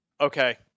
Okay